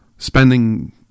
Spending